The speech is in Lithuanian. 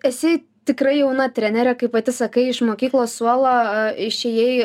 esi tikrai jauna trenerė kaip pati sakai iš mokyklos suolo išėjai